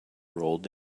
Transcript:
rolled